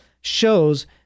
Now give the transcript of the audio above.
shows